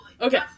Okay